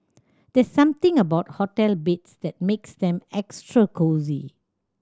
there's something about hotel beds that makes them extra cosy